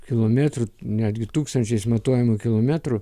kilometrų netgi tūkstančiai išmatuojamų kilometrų